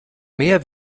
mehr